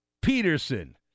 Peterson